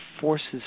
forces